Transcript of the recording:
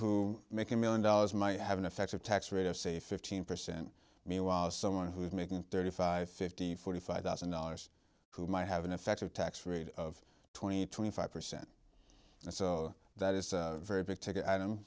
who make a million dollars might have an effective tax rate of say fifteen percent meanwhile someone who's making thirty five fifty forty five thousand dollars who might have an effective tax rate of twenty twenty five percent and so that is a very big ticket item